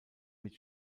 mit